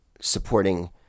supporting